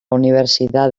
universidad